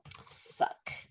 Suck